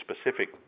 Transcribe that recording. specific